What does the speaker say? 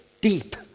deep